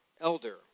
elder